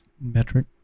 metric